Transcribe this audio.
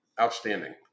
Outstanding